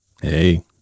hey